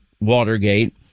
Watergate